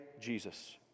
Jesus